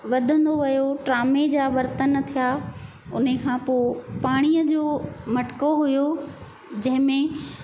वधंदो वियो टामे जा बर्तन थिया उन खां पोइ पाणीअ जो मटिको हुयो जंहिंमे